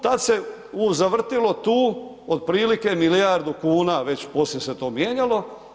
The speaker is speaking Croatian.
Tu, tad se zavrtjelo tu otprilike milijardu kuna, već poslije se to mijenjalo.